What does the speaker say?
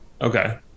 Okay